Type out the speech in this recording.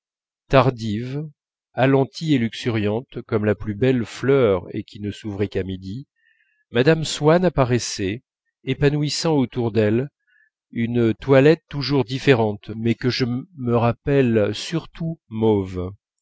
tardive alentie et luxuriante comme la plus belle fleur et qui ne s'ouvrirait qu'à midi mme swann apparaissait épanouissant autour d'elle une toilette toujours différente mais que je me rappelle surtout mauve